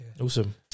Awesome